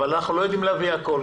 אבל אנחנו לא יודעים להביא הכול,